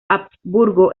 habsburgo